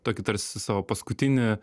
tokį tarsi savo paskutinį